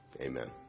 Amen